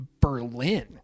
Berlin